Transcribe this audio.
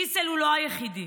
שליסל הוא לא היחיד,